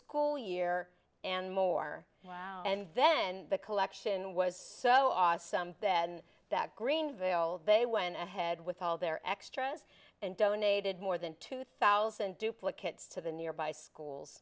school year and more and then the collection was so awesome then that greenvale they went ahead with all their extras and donated more than two thousand duplicate to the nearby